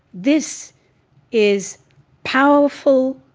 this is powerful,